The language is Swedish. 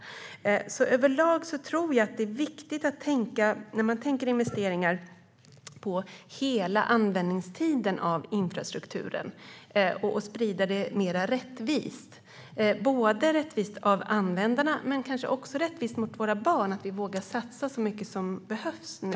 När man tänker investeringar tror jag överlag att det är viktigt att tänka på infrastrukturens hela användningstid och att sprida kostnaderna mer rättvist för användarna men också för våra barn, så att vi vågar satsa så mycket som behövs nu.